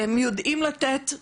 והם יודעים לתת מענה.